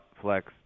flex